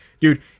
dude